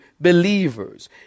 believers